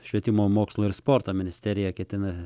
švietimo mokslo ir sporto ministerija ketina